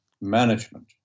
management